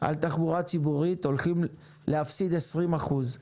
על תחבורה ציבורית הולכים להפסיד 20 אחוז.